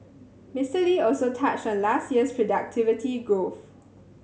Mister Lee also touched on last year's productivity growth